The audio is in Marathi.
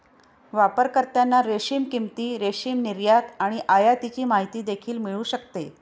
वापरकर्त्यांना रेशीम किंमती, रेशीम निर्यात आणि आयातीची माहिती देखील मिळू शकते